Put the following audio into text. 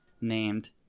named